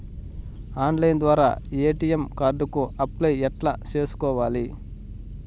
Online ద్వారా ATM card కు apply ఎట్లా సేసుకోవాలి?